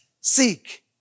seek